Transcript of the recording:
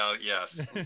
yes